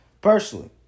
personally